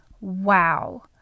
wow